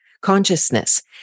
consciousness